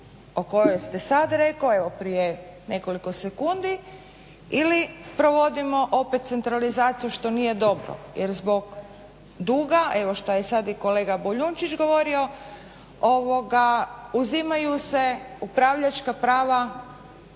o kojoj ste sad reko, evo prije nekoliko sekundi ili provodimo opet centralizaciju što nije dobro. Jer zbog duga, evo što je sad i kolega Boljunčić govorio uzimaju se upravljačka prava